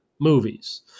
movies